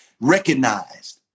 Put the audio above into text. recognized